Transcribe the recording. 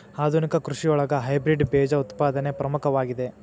ಆಧುನಿಕ ಕೃಷಿಯೊಳಗ ಹೈಬ್ರಿಡ್ ಬೇಜ ಉತ್ಪಾದನೆ ಪ್ರಮುಖವಾಗಿದೆ